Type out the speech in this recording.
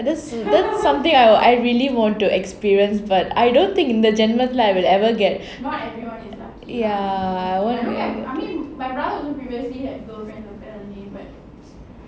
that's that's something I I really want to experience but I don't think in the general life I will ever get ya I want to get